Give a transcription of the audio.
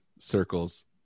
Circles